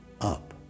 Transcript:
up